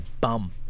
bum